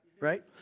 right